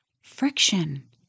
Friction